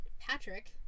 Patrick